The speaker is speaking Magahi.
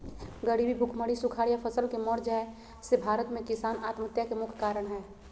गरीबी, भुखमरी, सुखाड़ या फसल के मर जाय से भारत में किसान आत्महत्या के मुख्य कारण हय